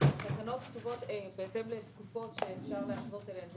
התקנות כתובות בהתאם לתקופות שאפשר להשוות אליהן.